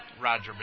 Roger